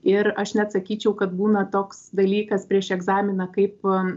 ir aš net sakyčiau kad būna toks dalykas prieš egzaminą kaip